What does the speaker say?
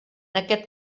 aquest